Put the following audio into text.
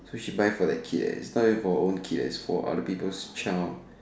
so she buy for the kids it's not even for her own kid eh it's for other people's child